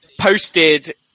posted